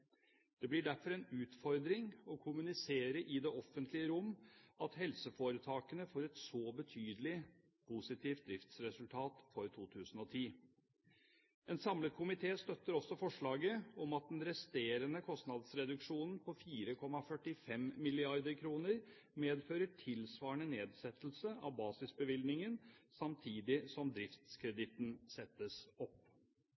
Det blir derfor en utfordring å kommunisere i det offentlige rom at helseforetakene får et så betydelig positivt driftsresultat for 2010. En samlet komité støtter også forslaget om at den resterende kostnadsreduksjonen på 4,45 mrd. kr medfører tilsvarende nedsettelse av basisbevilgningen samtidig som